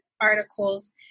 articles